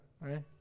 right